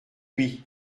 lui